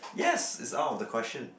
yes is out of the question